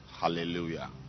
Hallelujah